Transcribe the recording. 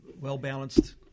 well-balanced